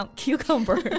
cucumber